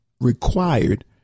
required